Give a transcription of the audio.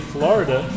Florida